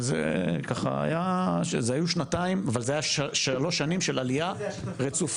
אבל היו שלוש שנים של עלייה רצופה.